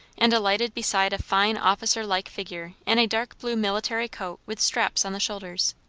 and alighted beside a fine officer-like figure in a dark blue military coat with straps on the shoulders.